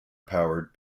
powered